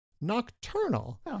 nocturnal